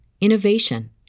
innovation